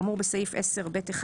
כאמור בסעיף 10(ב1),